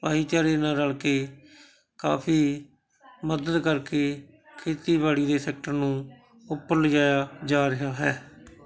ਭਾਈਚਾਰੇ ਨਾਲ ਰਲ ਕੇ ਕਾਫ਼ੀ ਮੱਦਦ ਕਰਕੇ ਖੇਤੀਬਾੜੀ ਦੇ ਸੈਕਟਰ ਨੂੰ ਉੱਪਰ ਲਿਜਾਇਆ ਜਾ ਰਿਹਾ ਹੈ